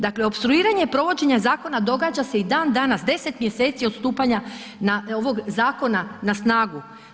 Dakle, opstruiranje provođenja zakona događa se i dan danas, 10 mjeseci od stupanja ovog zakona na snagu.